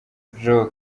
joe